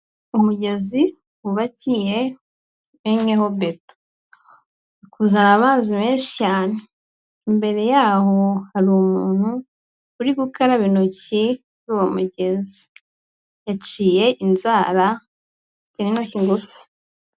Umugezi wubakiye umenyeho beto, uri kuzaba amazi menshi cyane, imbere yaho hari umuntu uri gukaraba intoki kuri uwo mugezi, yaciye inzara, afite n'intoki ngufi.